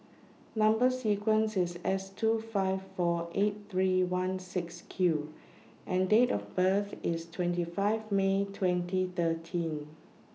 Number sequence IS S two five four eight three one six Q and Date of birth IS twenty five May twenty thirteen